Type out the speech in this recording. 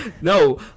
No